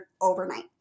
overnight